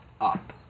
up